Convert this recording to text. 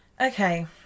Okay